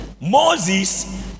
Moses